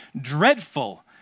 dreadful